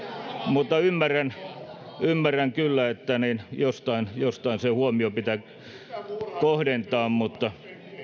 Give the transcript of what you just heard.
mutta ymmärrän ymmärrän kyllä että jostain jostain se huomio pitää kohdentaa mutta